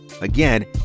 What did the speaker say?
Again